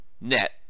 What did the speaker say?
net